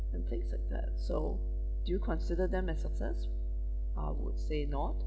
and things like that so do you consider them as success I would say not